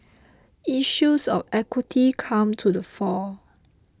issues of equity come to the fore